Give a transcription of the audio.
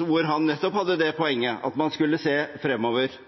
hvor han nettopp hadde det poenget at man skulle se fremover.